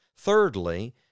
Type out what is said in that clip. Thirdly